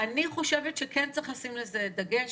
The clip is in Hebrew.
אני חושבת שכן צריך לשים על זה דגש.